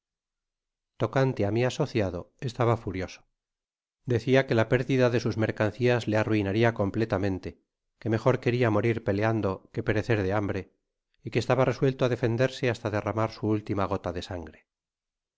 tocante á mi asociado estaba furioso decia qüb la pérdida de sus mercancías le arruinaria completamente que mejor queria morir peleando que perecer de hambre y que estaba resuelto á defenderse hasta derramar su última gota de sangre